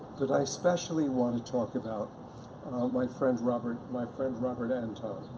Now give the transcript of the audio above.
but i especially want to talk about my friend robert, my friend robert anton.